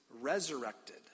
resurrected